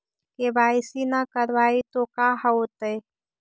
KYC न करवाई तो का हाओतै?